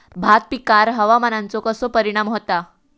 भात पिकांर हवामानाचो कसो परिणाम होता?